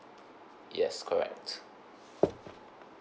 yes correct